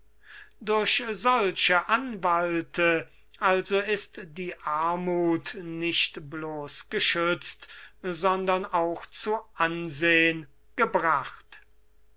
durch solche anwalte also ist die armuth nicht blos geschützt sondern auch zu ansehn gebracht